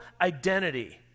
identity